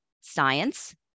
science